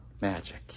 magic